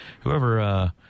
whoever